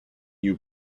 you